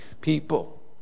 people